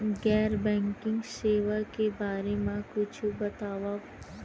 गैर बैंकिंग सेवा के बारे म कुछु बतावव?